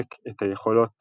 לחזק את היכולות